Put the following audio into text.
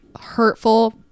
hurtful